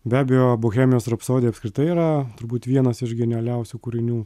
be abejo bohemijos rapsodija apskritai yra turbūt vienas iš genialiausių kūrinių